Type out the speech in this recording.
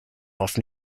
off